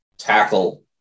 tackle